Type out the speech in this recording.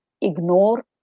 ignore